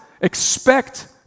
expect